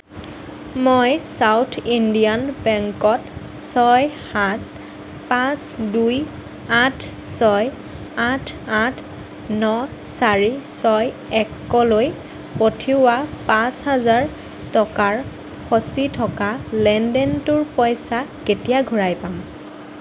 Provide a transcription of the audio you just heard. মই south Indian বেংকত ছয় সাত পাঁচ দুই আঠ ছয় আঠ আঠ ন চাৰি ছয় একলৈ পঠিওৱা পাঁচ হাজাৰ টকাৰ ফঁচি থকা লেনদেনটোৰ পইচা কেতিয়া ঘূৰাই পাম